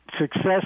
Success